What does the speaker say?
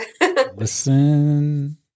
listen